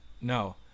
No